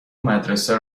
مدرسه